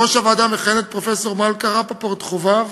בראש הוועדה מכהנת פרופסור מלכה רפפורט-חובב,